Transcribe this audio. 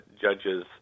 Judges